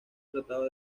tratado